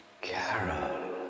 Carol